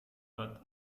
but